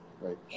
right